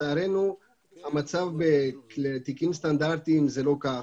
לצערנו המצב בתיקים סטנדרטיים הוא לא כזה.